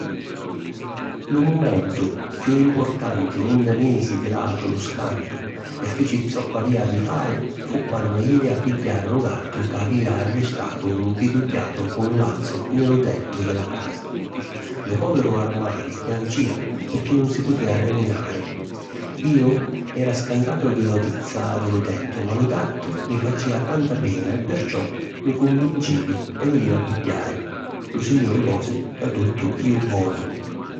Lu mumentu chiù importanti unni misi di latu lu scantu e fici zoccu avìa di fari, fu quannu jivi a pigghiari lu gattu ca avìa ristatu mpidugghiatu cu un lazzu nni lu tettu di la casa. Lu pòviru armali chiancìa pirchì nun si putìa arriminari. Iu era scantatu di l'autizza di lu tettu ma lu gattu mi facìa tanta pena e perciò mi cunvincivi e lu jivi a pigghiari. Lu Signuri vosi ca tuttu jìu bonu.